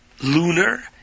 lunar